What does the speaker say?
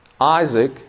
Isaac